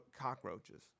cockroaches